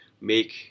make